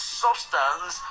substance